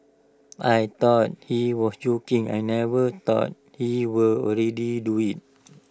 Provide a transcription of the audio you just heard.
I thought he was joking I never thought he will already do IT